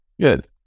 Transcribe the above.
Good